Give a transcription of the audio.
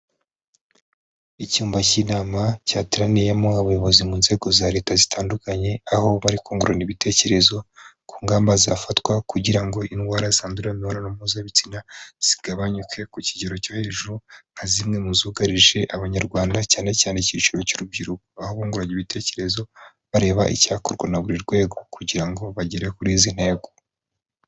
Icyumba k'inama cyateraniyemo abayobozi mu nzego za leta zitandukanye aho bari kungurana ibitekerezo, ku ngamba zafatwa kugira ngo indwara zandurira mu mibonano mpuzabitsina, zigabanyuke ku kigero cyo hejuru nka zimwe mu zugarije abanyarwanda cyane cyane, icyiciro cy'urubyiruko aho bungurana ibitekerezo bareba icyakorwa na buri rwego kugira ngo bagere kuri izi ntego.